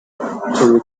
return